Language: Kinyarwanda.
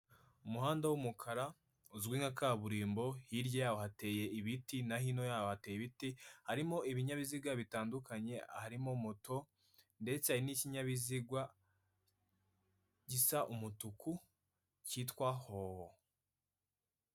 Umuhanda w'umukara uzwi nka kaburimbo hirya yaho hateye ibiti na hino yaho hateye ibiti harimo ibinyabiziga bitandukanye harimo moto ndetse hari n'ikinyabiziga gisa umutuku kitwa hoho.